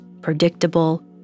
predictable